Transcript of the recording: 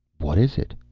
what is it?